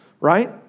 right